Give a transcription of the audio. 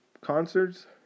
concerts